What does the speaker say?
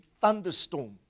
thunderstorm